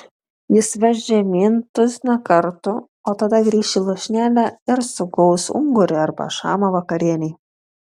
jis veš žemyn tuziną kartų o tada grįš į lūšnelę ir sugaus ungurį arba šamą vakarienei